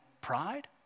pride